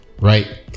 Right